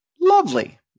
Lovely